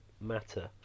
matter